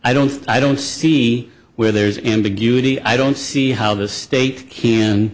i don't i don't see where there's ambiguity i don't see how the state can